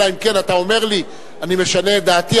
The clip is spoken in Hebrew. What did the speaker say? אלא אם כן אתה אומר לי: אני משנה את דעתי.